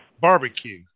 barbecue